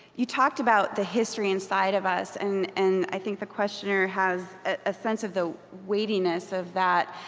you talked about the history inside of us, and and i think the questioner has a sense of the weightiness of that.